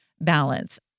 balance